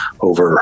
over